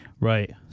right